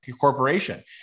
corporation